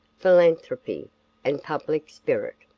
philanthropy and public spirit.